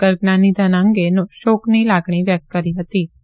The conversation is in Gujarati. ગર્ગના નિધન અંગે શોકની લાગણી વ્યક્ત કરી છિ